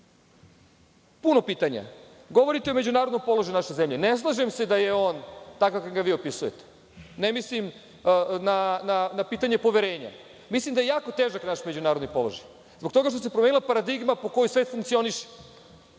Puno pitanja.`Govorite o međunarodnom položaju naše zemlje. Ne slažem se da je on takav kako ga vi opisujete. Ne mislim na pitanje poverenja. Mislim da je jako težak naš međunarodni položaj. Zbog toga što se promenila paradigma po kojoj sve funkcioniše